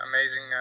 amazing